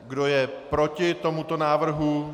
Kdo je proti tomuto návrhu?